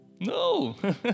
no